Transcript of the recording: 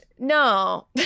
No